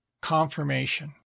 confirmation